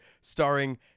starring